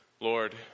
Lord